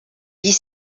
biz